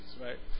Right